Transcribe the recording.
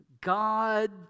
God